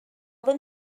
them